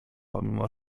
pomimo